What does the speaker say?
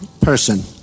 person